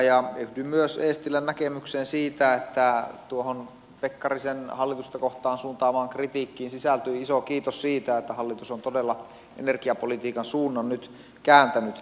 yhdyn myös eestilän näkemykseen siitä että tuohon pekkarisen hallitusta kohtaan suuntaamaan kritiikkiin sisältyy iso kiitos siitä että hallitus on todella energiapolitiikan suunnan nyt kääntänyt